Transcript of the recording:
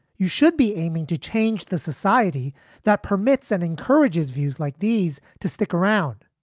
you should be aiming to change the society that permits and encourages views like these to stick around.